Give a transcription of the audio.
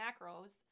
macros